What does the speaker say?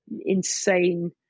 insane